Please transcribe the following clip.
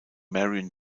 marion